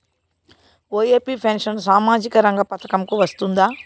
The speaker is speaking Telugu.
ఒ.ఎ.పి పెన్షన్ సామాజిక రంగ పథకం కు వస్తుందా?